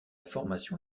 formation